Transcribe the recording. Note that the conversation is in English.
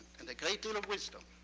and a great deal of wisdom,